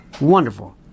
Wonderful